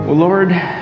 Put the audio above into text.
Lord